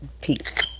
peace